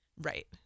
right